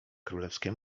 królewskie